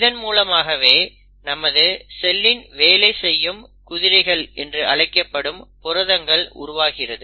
இதன் மூலமாகவே நமது செல்லின் வேலை செய்யும் குதிரைகள் என்று அழைக்கப்படும் புரதங்கள் உருவாகிறது